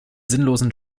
sinnlosen